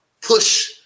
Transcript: Push